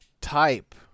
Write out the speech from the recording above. type